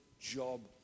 job